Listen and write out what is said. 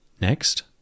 next